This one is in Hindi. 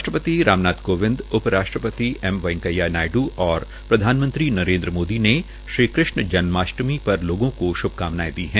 राष्ट्रपति राम नाथ कोविंद उप राष्ट्रपति एम वैंकेया नायड् और प्रधानमंत्री नरेन्द मोदी ने श्री कृष्ण जन्माष्टमी पर लोगों को श्भकामनाएं दी है